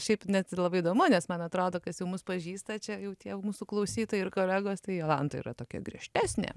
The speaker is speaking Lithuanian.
šiaip net ir labai įdomu nes man atrodo kas jau mus pažįsta čia jau tie mūsų klausytojai ir kolegos tai jolanta yra tokia griežtesnė